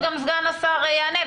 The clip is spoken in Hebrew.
שסגן השר יענה,